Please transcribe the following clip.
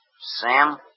Sam